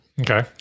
Okay